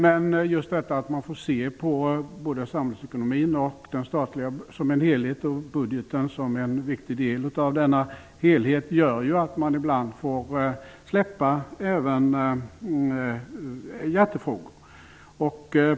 Men det förhållandet att man får se samhällsekonomin och den statliga ekonomin som en helhet och budgeten som en viktig del av denna helhet gör att man ibland får släppa även på hjärtefrågorna.